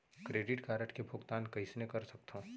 Credit card के भुगतान कईसने कर सकथो?